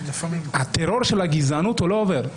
הטרור של הגזענות לא עובר,